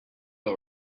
all